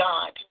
God